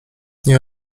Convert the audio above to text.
nie